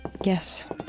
Yes